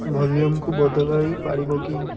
ଭଲ୍ୟୁମ୍କୁ ବଦଳାଇ ପାରିବ କି